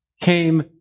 came